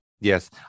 Yes